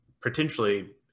potentially